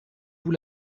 vous